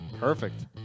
Perfect